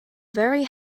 very